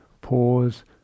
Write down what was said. pause